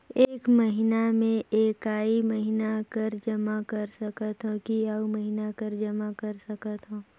एक महीना मे एकई महीना कर जमा कर सकथव कि अउ महीना कर जमा कर सकथव?